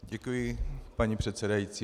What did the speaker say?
Děkuji, paní předsedající.